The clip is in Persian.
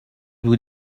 بود